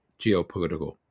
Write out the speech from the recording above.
geopolitical